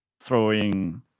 throwing